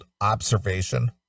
observation